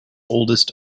oldest